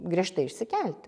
griežtai išsikelt